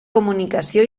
comunicació